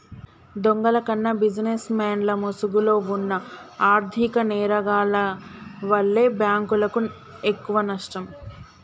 దొంగల కన్నా బిజినెస్ మెన్ల ముసుగులో వున్న ఆర్ధిక నేరగాల్ల వల్లే బ్యేంకులకు ఎక్కువనష్టం